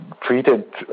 treated